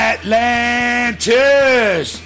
Atlantis